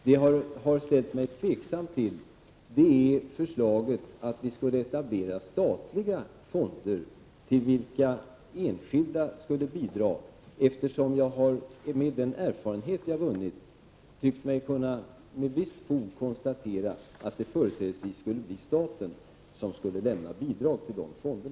Det jag har ställt mig tveksam till är förslaget att vi skulle etablera statliga fonder, till vilka enskilda skulle bidra. Med den erfarenhet jag vunnit tycker jag mig med visst fog kunna konstatera att det företrädesvis skulle bli staten som skulle lämna bidrag till dessa fonder.